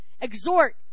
exhort